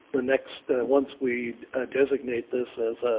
the next once we designate this as